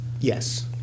Yes